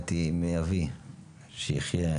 התפניתי מאבי שיחייה,